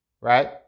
right